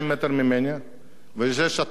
אם יש התרעה על "גראדים"